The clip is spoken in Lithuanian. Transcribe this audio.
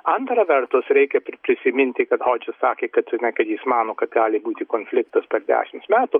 antra vertus reikia pri prisiminti kad hodžis sakė kad jinai kad jis mano kad gali būti konfliktas per dešims metų